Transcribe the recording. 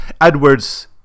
Edwards